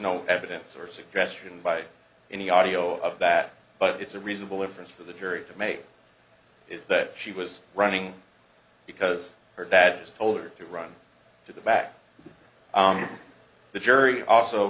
no evidence or suggestion by any audio of that but it's a reasonable inference for the jury to make is that she was running because her dad just told her to run to the back of the jury also